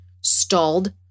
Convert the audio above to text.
stalled